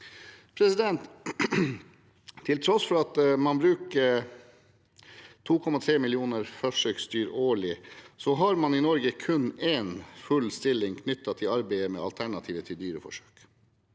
forsøksdyr. Til tross for at man bruker 2,3 millioner forsøksdyr årlig, har man i Norge kun én full stilling knyttet til arbeidet med alternativer til dyreforsøk.